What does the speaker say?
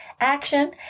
action